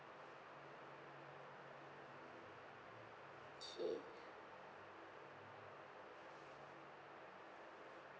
okay